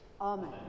Amen